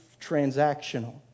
transactional